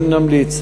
נמליץ.